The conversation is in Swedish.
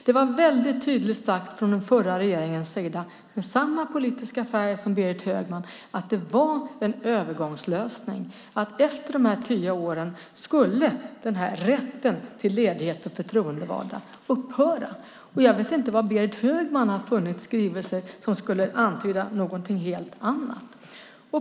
Det var väldigt tydligt sagt från den förra regeringens sida, som hade samma politiska färg som Berit Högman, att det var en övergångslösning och att efter de här tio åren skulle rättigheten till ledighet för förtroendevalda upphöra. Jag vet inte var Berit Högman har funnit skrivelser som skulle antyda någonting helt annat.